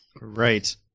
Right